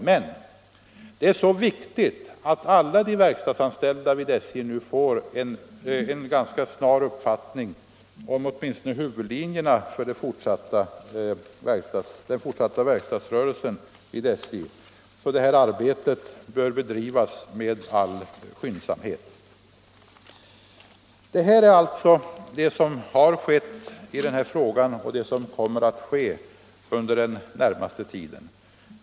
Men det är så viktigt att alla de verkstadsanställda vid SJ ganska snart får uppfattning om åtminstone huvudlinjerna för den fortsatta verkstadsrörelsen vid SJ, att det här arbetet bör bedrivas med all skyndsamhet. Detta är alltså vad som har skett i den här frågan och vad som kommer att ske under den närmaste tiden.